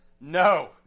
No